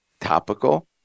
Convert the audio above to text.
topical